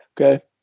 Okay